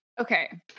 Okay